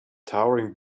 towering